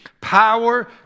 power